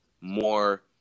more